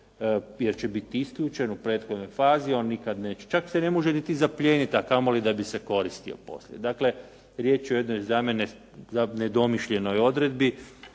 jer će biti isključen u prethodnoj fazi. On nikad neće. Čak se ne može niti zaplijeniti, a kamoli da bi se koristio poslije. Dakle, riječ je o jednoj za mene nedomišljenoj odredbi